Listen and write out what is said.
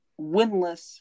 winless